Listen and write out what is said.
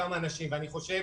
אני חושב